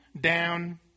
down